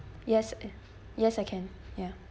yes yes I can ya